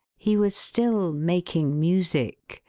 he was still making music,